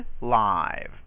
live